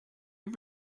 you